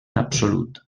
absolut